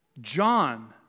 John